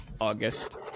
August